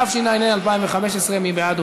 התשע"ה 2015. מי בעד?